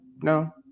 no